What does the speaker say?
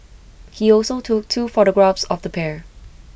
he also took two photographs of the pair